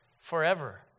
forever